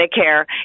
Medicare